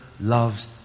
loves